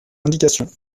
indications